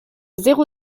zéro